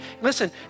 Listen